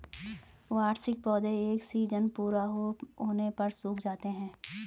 वार्षिक पौधे एक सीज़न पूरा होने पर सूख जाते हैं